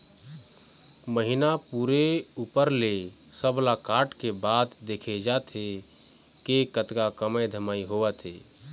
महिना पूरे ऊपर ले सब ला काटे के बाद देखे जाथे के कतका के कमई धमई होवत हवय